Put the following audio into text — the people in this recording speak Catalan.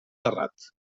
terrat